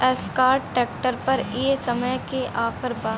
Escort tractor पर ए समय का ऑफ़र बा?